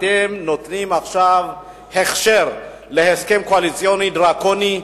אתם נותנים עכשיו הכשר להסכם קואליציוני דרקוני,